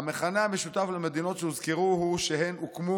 המכנה המשותף למדינות שהוזכרו הוא שהן הוקמו